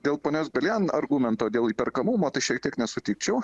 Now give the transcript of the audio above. dėl ponios belian argumento dėl įperkamumo tai šiek tiek nesutikčiau